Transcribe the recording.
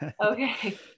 okay